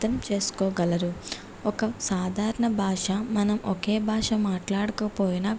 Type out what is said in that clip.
అర్థం చేసుకోగలరు ఒక సాధారణ భాష మనం ఒకే భాష మాట్లాడకపోయినా